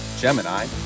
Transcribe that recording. Gemini